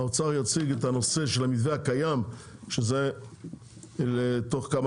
האוצר יציג את המתווה הקיים בתוך כמה